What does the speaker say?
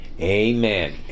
Amen